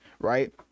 right